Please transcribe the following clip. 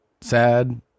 sad